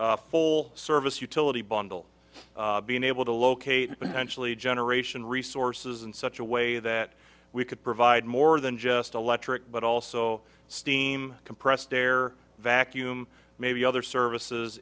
full service utility bundle being able to locate generation resources in such a way that we could provide more than just electric but also steam compressed air vacuum maybe other services